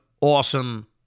awesome